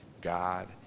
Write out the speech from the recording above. God